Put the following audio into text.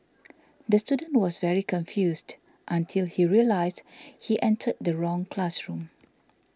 the student was very confused until he realised he entered the wrong classroom